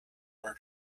were